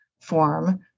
form